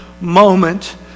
moment